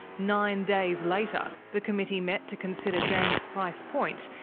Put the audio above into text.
nine days later, the committee met to consider james price point,